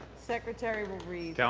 secretary will read.